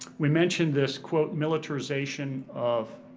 we mentioned this quote, militarization of